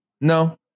No